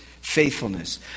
faithfulness